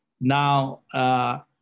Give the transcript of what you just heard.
Now